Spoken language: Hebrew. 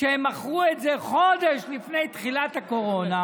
שמכרו את זה חודש לפני תחילת הקורונה,